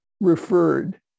referred